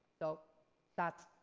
so that's